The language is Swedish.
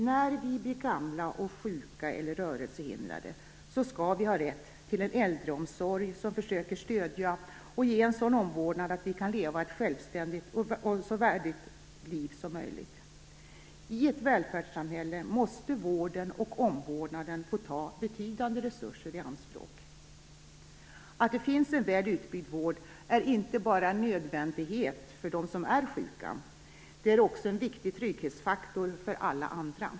När vi blir gamla och sjuka eller rörelsehindrade skall vi ha rätt till en äldreomsorg som försöker stödja och ge en sådan omvårdnad att vi kan leva ett självständigt och så värdigt liv som möjligt. I ett välfärdssamhälle måste vården och omvårdnaden få ta betydande resurser i anspråk. Att det finns en väl utbyggd vård är inte bara en nödvändighet för dem som är sjuka. Det är också en viktig trygghetsfaktor för alla andra.